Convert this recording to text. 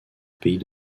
pays